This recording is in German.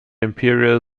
imperial